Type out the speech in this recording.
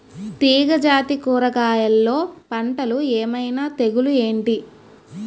తీగ జాతి కూరగయల్లో పంటలు ఏమైన తెగులు ఏంటి?